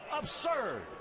absurd